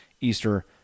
Easter